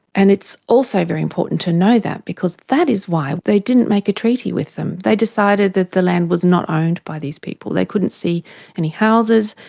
and it's also very important to know that because that is why they didn't make a treaty with them, they decided that the land was not owned by these people. they couldn't see any houses,